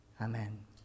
Amen